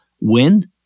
win